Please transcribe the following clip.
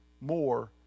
more